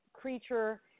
creature